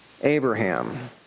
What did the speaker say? Abraham